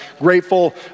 grateful